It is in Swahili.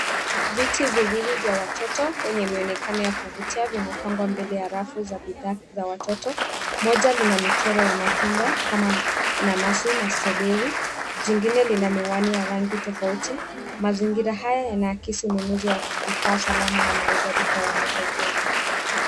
Viti viwili vya watoto wenye mwonekano wa kuvutia vimepangwa mbele ya rafu ya bidhaa za watoto. Moja lina michoro ya matunda kama nanasi na strawberry .Jingine lina miwani ya rangi tofauti. Mazingira haya yanaakisi ununuzi wa vifaa salama na maridadi kwa watoto wadogo.